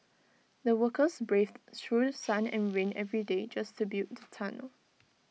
the workers braved through sun and rain every day just to build the tunnel